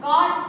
God